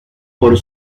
por